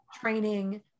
training